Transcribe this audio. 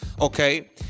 Okay